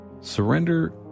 surrender